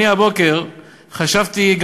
אני הבוקר חשבתי,